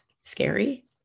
scary